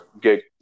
get